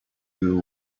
you